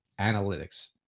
analytics